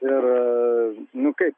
ir nu kaip